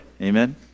Amen